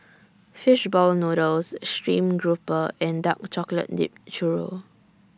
Fish Ball Noodles Stream Grouper and Dark Chocolate Dipped Churro